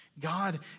God